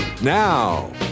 Now